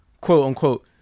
quote-unquote